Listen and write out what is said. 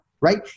right